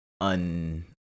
un